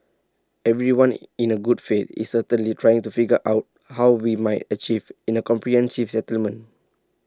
everyone in A good faith is certainly trying to figure out how we might achieve in A comprehensive settlement